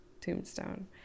tombstone